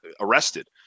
arrested